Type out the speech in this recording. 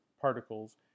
particles